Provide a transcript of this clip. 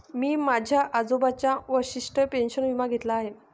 मी माझ्या आजोबांचा वशिष्ठ पेन्शन विमा घेतला आहे